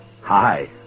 Hi